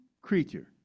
creature